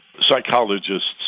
psychologists